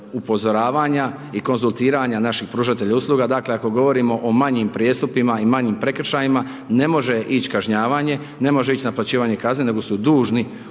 upozoravanja i konzultiranja naših pružatelja usluga. Dakle, ako govorimo o manjim prijestupima i manjim prekršajima, ne može ić kažnjavanje, ne može ić naplaćivanje kazne, nego su dužni